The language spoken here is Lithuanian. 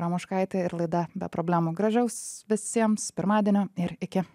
ramoškaitė ir laida be problemų gražaus visiems pirmadienio ir iki